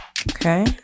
Okay